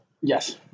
Yes